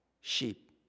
sheep